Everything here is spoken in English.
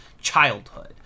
childhood